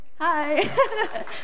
Hi